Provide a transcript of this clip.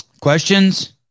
Questions